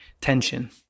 tension